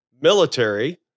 military